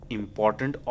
important